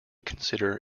consider